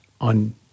on